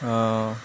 অঁ